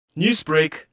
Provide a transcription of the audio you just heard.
Newsbreak